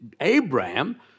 Abraham